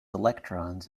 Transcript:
electrons